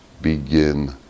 begin